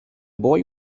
boy